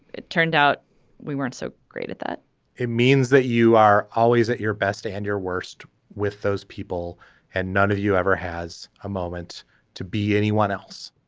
it turned out we weren't so great at that it means that you are always at your best and your worst with those people and none of you ever has a moment to be anyone else.